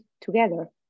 together